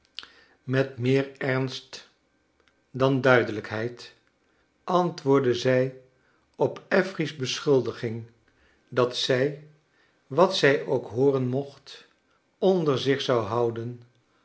met meer ernst dan duidelijkheid antwoordde zij op affery's beschuldiging dat zij wat zij ook hooren mocht onder zich zou houden